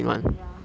mm ya